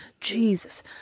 Jesus